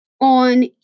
on